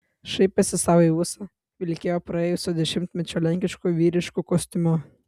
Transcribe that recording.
šaipėsi sau į ūsą vilkėjo praėjusio dešimtmečio lenkišku vyrišku kostiumu